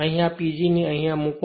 અહીં આ PG ને અહિયાં મૂકો